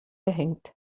gehängt